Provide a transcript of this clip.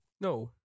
No